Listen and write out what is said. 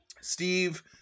steve